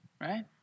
Right